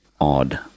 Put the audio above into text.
odd